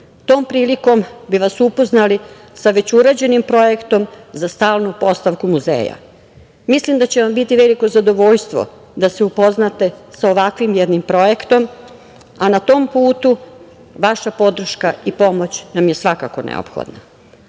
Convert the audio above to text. prilikom bih vas upoznali sa već urađenim projektom za stalnu postavku muzeja. Mislim da će vam biti veliko zadovoljstvo da se upoznate sa ovakvim jednim projektom, a na tom putu vaša podrška i pomoć nam je svakako neophodna,